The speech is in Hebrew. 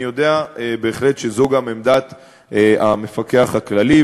אני יודע בהחלט שזו גם עמדת המפקח הכללי,